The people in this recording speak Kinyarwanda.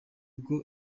bwo